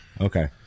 okay